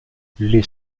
les